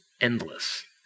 endless